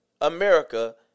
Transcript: America